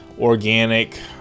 organic